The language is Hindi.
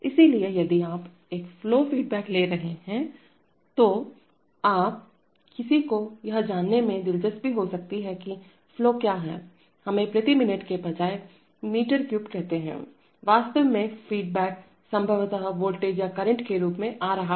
इसलिए यदि आप एक फ्लो फीडबैक ले रहे हैं तो आप किसी को यह जानने में दिलचस्पी हो सकती है कि फ्लो क्या है हमें प्रति मिनट के बजाय मीटर क्यूब कहते हैं वास्तव में फीडबैक संभवतः वोल्टेज या करंट के रूप में आ रहा है